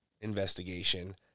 investigation